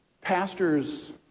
Pastors